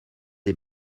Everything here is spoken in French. des